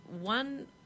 one